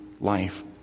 life